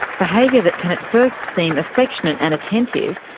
behaviour that can at first seem affectionate and attentive,